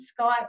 Skype